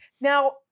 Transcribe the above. now